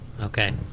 Okay